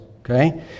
Okay